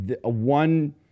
one